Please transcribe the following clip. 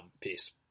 Peace